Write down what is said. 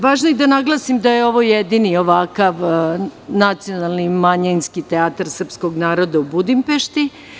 Važno je da naglasim da je ovo jedini ovakav nacionalni manjinski teatar srpskog naroda u Budimpešti.